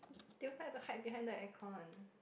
they will try to hide behind the aircon